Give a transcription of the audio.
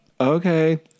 Okay